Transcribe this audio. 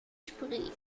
spree